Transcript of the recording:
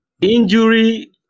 Injury